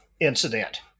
incident